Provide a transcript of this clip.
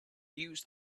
used